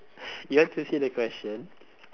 you want to see the question